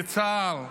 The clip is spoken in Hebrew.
בצה"ל.